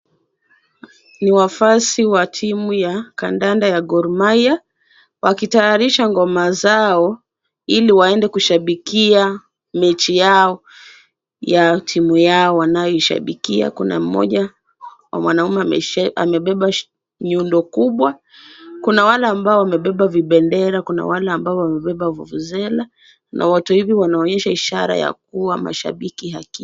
Ni wafuasi wa timu ya kandanda ya Gor Mahia, wakitayarisha ngoma zao, ili waende kushabikia mechi yao ya timu yao wanayoishabikia. Kuna mmoja wa mwanaume amebeba nyundo kubwa. Kuna wale ambao wamebeba vibendera. Kuna wale ambao wamebeba vuvuzela na wote hivi wanaonyesha ishara ya kuwa mashabiki.